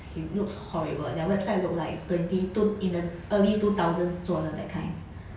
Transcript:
it looks horrible their website look like twenty two in the early two thousands 做的 that kind